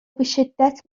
بشدت